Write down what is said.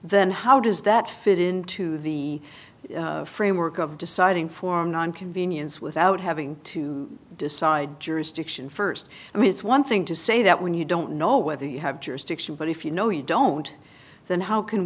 then how does that fit into the framework of deciding formed on convenience without having to decide jurisdiction st i mean it's one thing to say that when you don't know whether you have jurisdiction but if you know you don't then how can